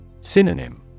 Synonym